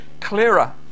Clearer